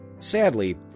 Sadly